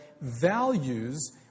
values